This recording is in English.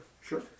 sure